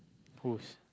who's